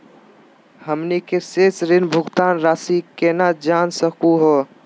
हमनी के शेष ऋण भुगतान रासी केना जान सकू हो?